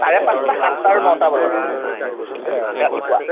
চাৰে পাঁচটা সাতটা আৰু নটা বজাত ৰাতিপুৱা